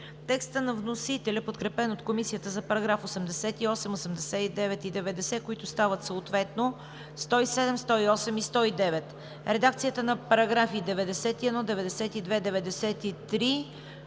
текста на вносителя, подкрепен от Комисията, за параграфи 88, 89 и 90, които стават параграфи 107, 108 и 109; редакцията на параграфи 91, 92 и 93,